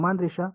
समान रेषा